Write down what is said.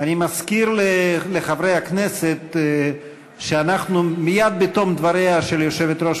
אני מזכיר לחברי הכנסת שמייד בתום דבריה של יושבת-ראש